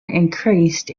increased